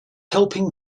helping